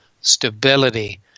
stability